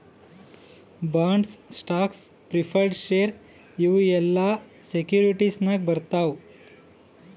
bonds, stocks, preferred share ಇವು ಎಲ್ಲಾ securities ನಾಗೆ ಬರ್ತಾವ್